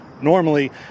Normally